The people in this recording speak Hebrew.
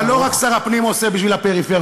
אבל לא רק שר הפנים עושה בשביל הפריפריות,